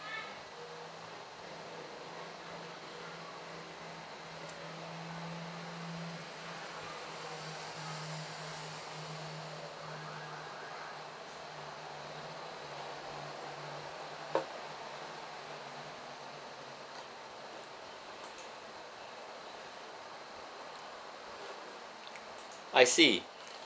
I see